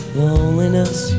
loneliness